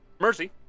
Mercy